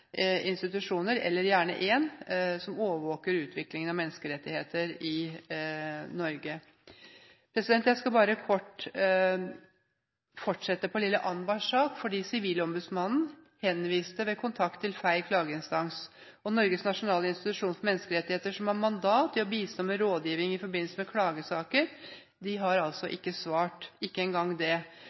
som overvåker utviklingen av menneskerettigheter i Norge, oppfylt. Jeg skal bare kort fortsette med lille Anbars sak. Sivilombudsmannen henviste ved kontakt til feil klageinstans. Norges nasjonale institusjon for menneskerettigheter, som har mandat til å bistå med rådgivning i forbindelse med klagesaker, har altså ikke svart – ikke engang det.